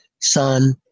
son